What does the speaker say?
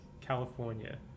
California